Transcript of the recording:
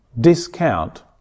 discount